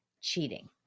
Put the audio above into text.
cheating